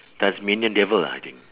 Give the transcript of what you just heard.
tasmanian devil ah I think